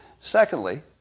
Secondly